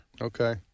Okay